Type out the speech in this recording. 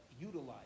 utilize